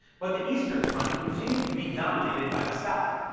but the eastern front continued to be dominated by the south.